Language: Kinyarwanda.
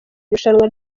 irushanwa